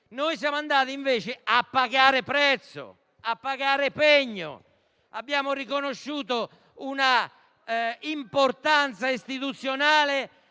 Noi siamo andati invece a pagare prezzo, a pagare pegno. Abbiamo riconosciuto un'importanza istituzionale